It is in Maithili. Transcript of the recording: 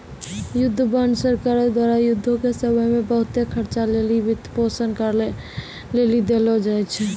युद्ध बांड सरकारो द्वारा युद्धो के समय मे बहुते खर्चा लेली वित्तपोषन करै लेली देलो जाय छै